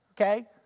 Okay